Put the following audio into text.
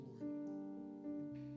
Lord